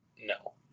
no